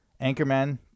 Anchorman